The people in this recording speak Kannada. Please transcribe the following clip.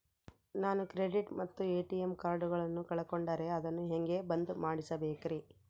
ನಾನು ಕ್ರೆಡಿಟ್ ಮತ್ತ ಎ.ಟಿ.ಎಂ ಕಾರ್ಡಗಳನ್ನು ಕಳಕೊಂಡರೆ ಅದನ್ನು ಹೆಂಗೆ ಬಂದ್ ಮಾಡಿಸಬೇಕ್ರಿ?